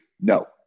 No